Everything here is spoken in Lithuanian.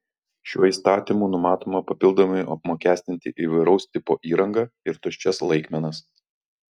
šiuo įstatymu numatoma papildomai apmokestinti įvairaus tipo įrangą ir tuščias laikmenas